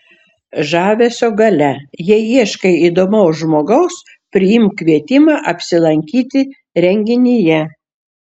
žavesio galia jei ieškai įdomaus žmogaus priimk kvietimą apsilankyti renginyje